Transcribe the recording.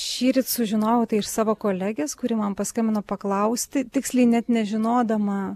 šįryt sužinojau iš savo kolegės kuri man paskambino paklausti tiksliai net nežinodama